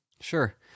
Sure